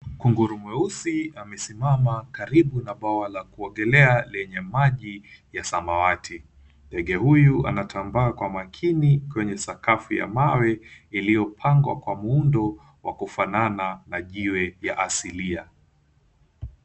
Kunguru mweusi amesimama karibu na bwawa la kuogelea lenye maji ya samawati. Ndege huyu anatambaa kwa makini kwenye sakafu ya mawe iliyopangwa kwa muundo wa kufanana na jiwe ya asilia.